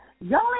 Y'all